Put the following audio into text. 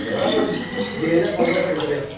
ଗାଡ଼ି ଭଡ଼ା ଦୁଇ ଯାହାର ପନ୍ଦରଶହ ଭିତରେ